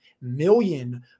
million